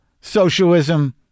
socialism